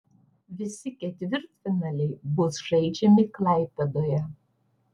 visi ketvirtfinaliai bus žaidžiami klaipėdoje